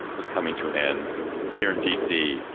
is coming to an end here in d c.